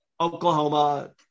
Oklahoma